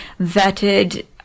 vetted